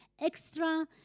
extra